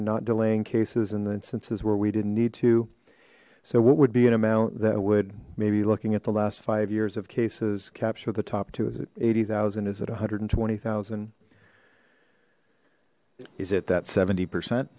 and not delaying cases and then census where we didn't need to so what would be an amount that would maybe looking at the last five years of cases capture the top is it eighty thousand is it one hundred and twenty zero is it that seventy percent